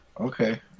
Okay